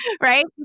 right